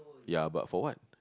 ya but for what